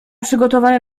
przygotowany